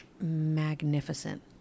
magnificent